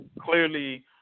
clearly